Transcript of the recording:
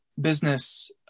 business